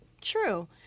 true